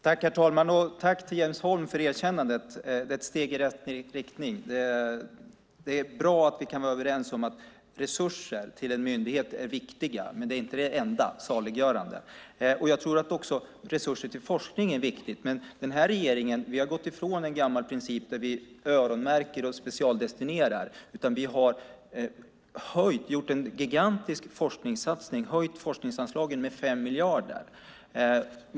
Herr talman! Tack för erkännandet att det är ett steg i rätt riktning, Jens Holm! Det är bra att vi kan vara överens om att det är viktigt med resurser till en myndighet, men det är inte det enda saliggörande. Jag tror också att resurser till forskning är viktigt, men den här regeringen har gått ifrån en gammal princip där man öronmärker och specialdestinerar. Vi har gjort en gigantisk forskningssatsning. Vi har höjt forskningsanslagen med 5 miljarder.